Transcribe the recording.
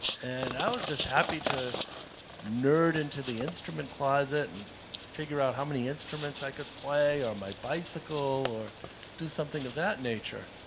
and i was just happy to nerd in to the instrument closet and figure out how many instruments i could play or my bicycle or do something of that nature.